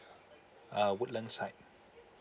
uh woodlands side